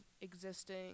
existing